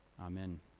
Amen